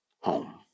home